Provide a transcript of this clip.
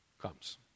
comes